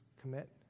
commit